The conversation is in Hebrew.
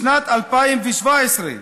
בשנת 2017,